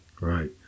Right